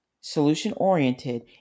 solution-oriented